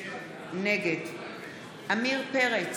נגד עמיר פרץ,